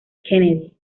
kennedy